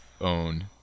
own